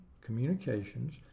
Communications